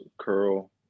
curl